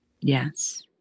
Yes